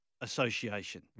association